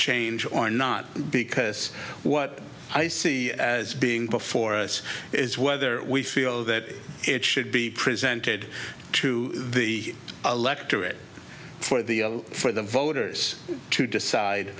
change or not because what i see as being before us is whether we feel that it should be presented to the electorate for the for the voters to decide